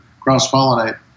cross-pollinate